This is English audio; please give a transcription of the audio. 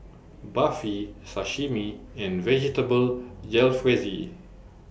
Barfi Sashimi and Vegetable Jalfrezi